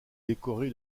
décoré